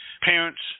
Parents